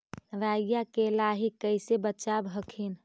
राईया के लाहि कैसे बचाब हखिन?